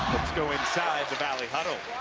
go inside the valley huddle.